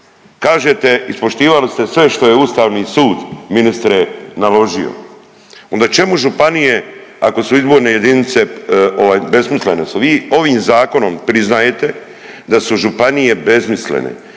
Kažete ispoštivali ste sve što je Ustavni sud ministre naložio, onda čemu županije ako su izborne jedinice besmislene? Vi ovim zakonom priznajete da su županije besmislene